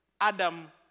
Adam